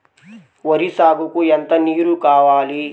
వరి సాగుకు ఎంత నీరు కావాలి?